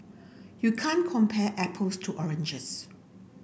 you can't compare apples to oranges